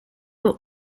were